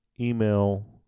email